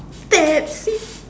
fancy